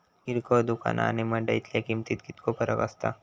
किरकोळ दुकाना आणि मंडळीतल्या किमतीत कितको फरक असता?